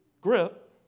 grip